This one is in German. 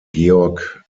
georg